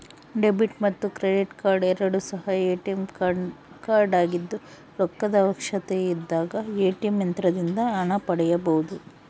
debit ಮತ್ತು credit card ಎರಡು ಸಹ ಎ.ಟಿ.ಎಂ ಕಾರ್ಡಾಗಿದ್ದು ರೊಕ್ಕದ ಅವಶ್ಯಕತೆಯಿದ್ದಾಗ ಎ.ಟಿ.ಎಂ ಯಂತ್ರದಿಂದ ಹಣ ಪಡೆಯಬೊದು